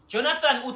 Jonathan